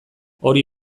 hori